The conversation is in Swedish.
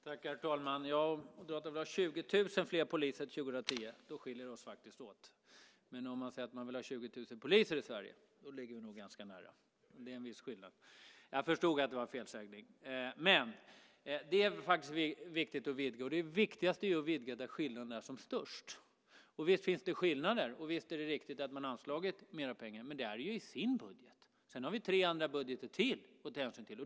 Herr talman! Om Moderaterna vill ha 20 000 fler poliser till 2010 skiljer vi oss faktiskt åt. Men om man säger att man vill ha 20 000 poliser i Sverige ligger vi nog ganska nära. Det är en viss skillnad. Ja, jag förstod att det var en felsägning. Men det är faktiskt viktigt att vidga, och det viktigaste är att vidga där skillnaderna är som störst. Visst finns det skillnader och visst är det riktigt att man anslagit mer pengar, men det är ju i sin egen budget. Sedan har vi tre budgetar till att ta hänsyn till.